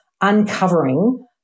uncovering